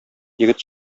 егет